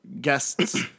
guests